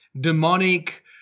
demonic